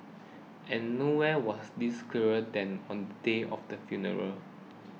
and nowhere was this clearer than on the day of the funeral